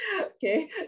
Okay